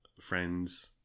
friends